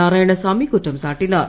நாராயணசாமி குற்றம் சாட்டினார்